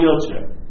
wheelchair